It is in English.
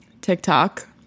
TikTok